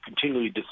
continually